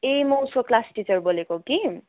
ए म उसको class teacher बोलेको कि